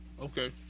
okay